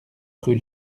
rue